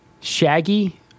Shaggy